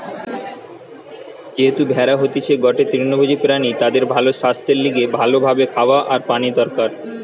যেহেতু ভেড়া হতিছে গটে তৃণভোজী প্রাণী তাদের ভালো সাস্থের লিগে ভালো ভাবে খাওয়া আর পানি দরকার